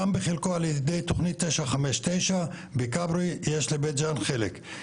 גם בחלקו על ידי תוכנית 959 בכברי יש לבית ג'אן חלק,